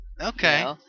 Okay